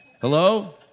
Hello